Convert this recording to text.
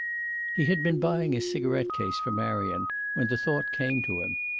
he had been buying a cigaret case for marion when the thought came to him.